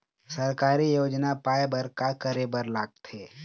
सरकारी योजना पाए बर का करे बर लागथे?